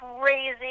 crazy